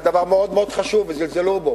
זה היה דבר מאוד מאוד חשוב וזלזלו בו,